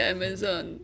Amazon